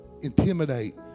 intimidate